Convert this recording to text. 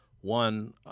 One